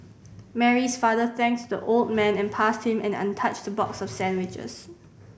Mary's father thanked the old man and passed him an untouched box of sandwiches